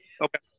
okay